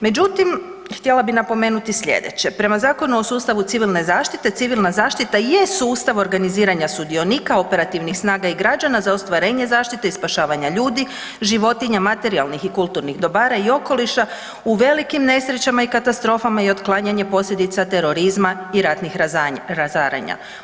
Međutim, htjela bi napomenuti slijedeće prema Zakonu o sustavu civilne zaštite, civilna zaštita je sustav organiziranja sudionika, operativnih snaga i građana za ostvarenje zaštite i spašavanja ljudi, životinja, materijalnih i kulturnih dobara i okoliša u velikim nesrećama i katastrofama i otklanjanje posljedica terorizma i ratnih razaranja.